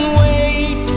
wait